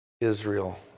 Israel